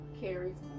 carries